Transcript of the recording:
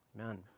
Amen